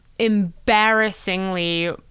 embarrassingly